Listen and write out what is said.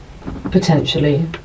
potentially